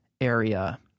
area